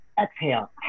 Exhale